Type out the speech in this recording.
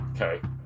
Okay